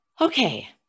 Okay